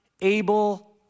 Abel